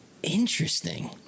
Interesting